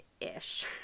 ish